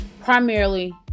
Primarily